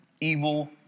evil